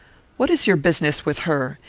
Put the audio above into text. what is your business with her?